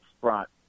front